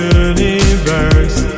universe